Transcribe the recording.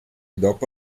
dopo